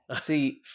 See